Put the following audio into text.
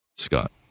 scott